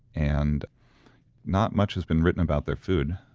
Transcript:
and not much has been written about their food.